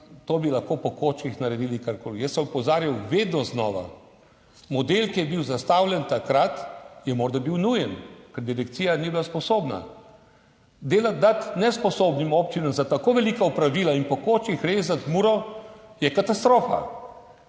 to bi lahko po koščkih naredili karkoli. Jaz sem opozarjal vedno znova, model, ki je bil zastavljen takrat, je morda bil nujen, ker direkcija ni bila sposobna. Delo dati nesposobnim občinam za tako velika opravila in po koščkih rezati Muro, je katastrofa.